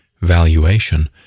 valuation